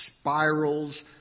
spirals